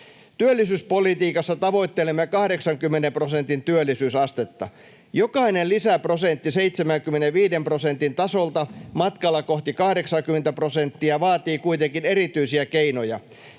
Työllisyyspolitiikassa tavoittelemme 80 prosentin työllisyysastetta. Jokainen lisäprosentti 75 prosentin tasolta matkalla kohti 80:tä prosenttia vaatii kuitenkin erityisiä keinoja,